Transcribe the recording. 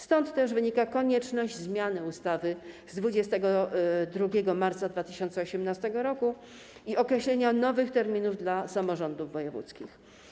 Stąd też wynika konieczność zmiany ustawy z 22 marca 2018 r. i określenia nowych terminów dla samorządów wojewódzkich.